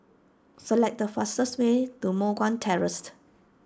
select the fastest way to Moh Guan Terraced